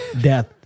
death